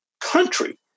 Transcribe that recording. country